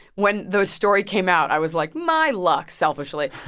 when the story came out, i was like, my luck, selfishly.